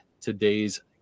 today's